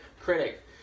critic